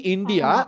India